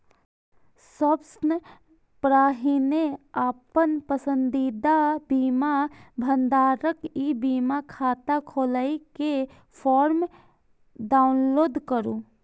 सबसं पहिने अपन पसंदीदा बीमा भंडारक ई बीमा खाता खोलै के फॉर्म डाउनलोड करू